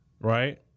Right